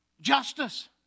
justice